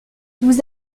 vous